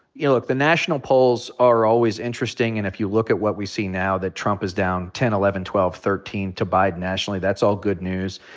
yeah, look. the national polls are always interesting. and if you look at what we see now, that trump is down ten, eleven, twelve, thirteen to biden nationally, that's all good news.